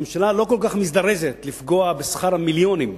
הממשלה לא כל כך מזדרזת לפגוע בשכר המיליונים,